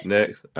Next